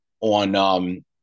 on